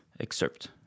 Excerpt